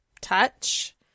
touch